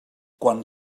quan